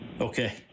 okay